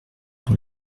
dans